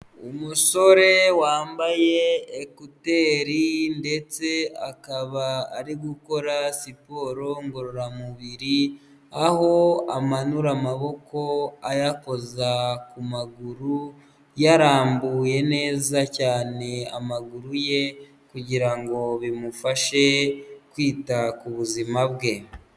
Umusore wambaye ekuteri ndetse akaba ari gukora siporo ngororamubiri, aho amanura amaboko ayakoza ku maguru, yarambuye neza cyane amaguru ye kugira ngo bimufashe kwita ku buzima bwe.